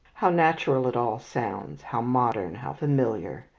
how natural it all sounds, how modern, how familiar!